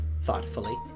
thoughtfully